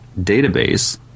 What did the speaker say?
database